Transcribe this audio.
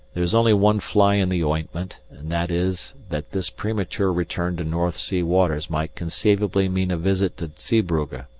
there is only one fly in the ointment, and that is that this premature return to north sea waters might conceivably mean a visit to zeebrugge,